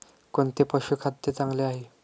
कोणते पशुखाद्य चांगले आहे?